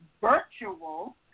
virtual